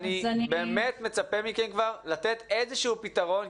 אני מצפה מכם לתת פתרון.